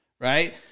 right